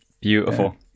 Beautiful